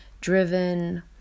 driven